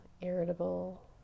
irritable